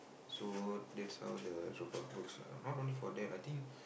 so that's how the robot works lah not only for that I think